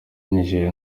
nigeria